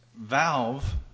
Valve